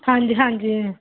ਹਾਂਜੀ ਹਾਂਜੀ